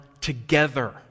together